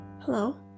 Hello